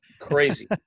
crazy